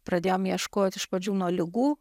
pradėjom ieškoti iš pradžių nuo ligų